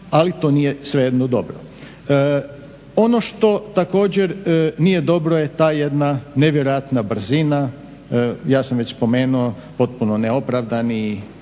ali to nije svejedno dobro. Ono što također nije dobro je ta jedna nevjerojatna brzina. Ja sam već spomenuo potpuno neopravdani